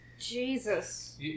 Jesus